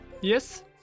Yes